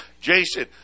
Jason